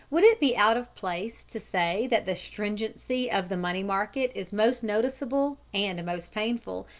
would it be out of place to say that the stringency of the money market is most noticeable and most painful,